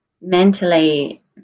mentally